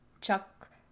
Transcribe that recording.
Chuck